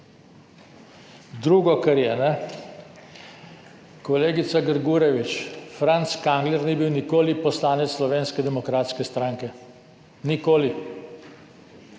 Drugo, kar je. Kolegica Grgurevič, Franc Kangler ni bil nikoli poslanec Slovenske demokratske stranke. Nikoli.